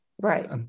right